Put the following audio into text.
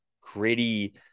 gritty